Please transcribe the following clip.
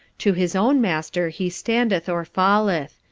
to his own master he standeth or falleth.